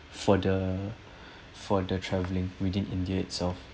for the for the travelling within india itself